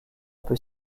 peut